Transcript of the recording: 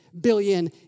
billion